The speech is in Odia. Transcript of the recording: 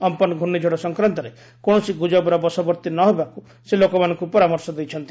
ଅମ୍ପନ୍ ପ୍ରର୍ଷିଝଡ଼ ସଂକ୍ରାନ୍ତରେ କୌଣସି ଗୁଜବର ବସବର୍ତ୍ତି ନ ହେବାକୁ ସେ ଲୋକମାନଙ୍କୁ ପରାମର୍ଶ ଦେଇଛନ୍ତି